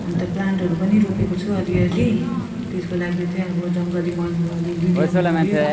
अन्त प्लान्टहरू पनि रोपेको छु अलि अलि त्यसको लागि चाहिँ अब जङ्गली मलहरू चाहिँ अलि अलि ल्याउनु पर्यो